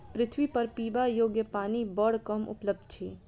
पृथ्वीपर पीबा योग्य पानि बड़ कम उपलब्ध अछि